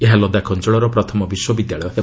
ଏହା ଲଦାଖ୍ ଅଞ୍ଚଳର ପ୍ରଥମ ବିଶ୍ୱବିଦ୍ୟାଳୟ ହେବ